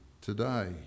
today